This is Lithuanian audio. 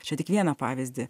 čia tik vieną pavyzdį